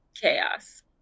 chaos